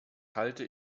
halte